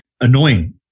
annoying